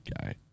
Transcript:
guy